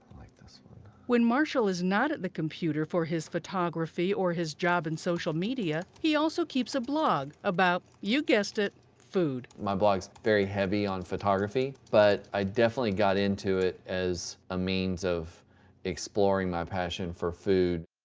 like when marshall is not at the computer for his photography or his job in social media, he also keeps a blog, about you guessed it food. marshall my blog is very heavy on photography, but i definitely got into it as a means of exploring my passion for food.